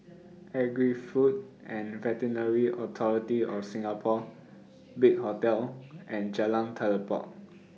Agri Food and Veterinary Authority of Singapore Big Hotel and Jalan Telipok